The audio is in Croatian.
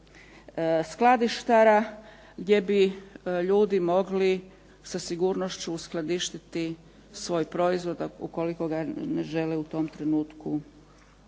skladištara gdje bi ljudi mogli sa sigurnošću uskladištiti svoj proizvod ukoliko ga ne žele u tom trenutku